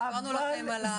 וסיפרנו לכם על התיקון.